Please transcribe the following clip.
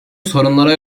sorunlara